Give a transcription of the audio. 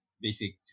basic